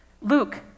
luke